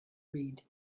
read